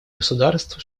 государств